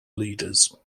leaders